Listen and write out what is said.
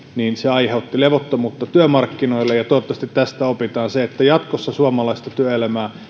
aiheutti levottomuutta työmarkkinoille ja toivottavasti tästä opitaan se että jatkossa suomalaista työelämää